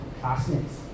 classmates